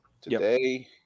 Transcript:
today